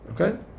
Okay